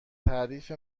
تعریف